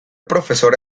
profesora